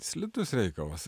slidus reikalas